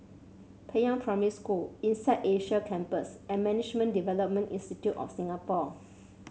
Peiying Primary School INSEAD Asia Campus and Management Development Institute of Singapore